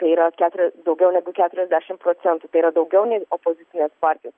tai yra keturios daugiau negu keturiasdešim procentų tai yra daugiau nei opozicinės partijos